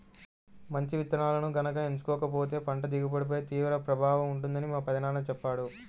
మంచి విత్తనాలను గనక ఎంచుకోకపోతే పంట దిగుబడిపై తీవ్ర ప్రభావం ఉంటుందని మా పెదనాన్న చెప్పాడు